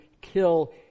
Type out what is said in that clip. kill